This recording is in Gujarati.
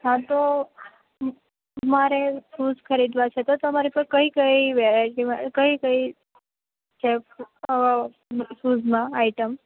હા તો મારે શૂઝ ખરીદવા છે તો તમારી પાસે કઈ કઈ વેરાયટીમાં કઈ કઈ છે શૂઝમાં આઇટમ